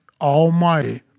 Almighty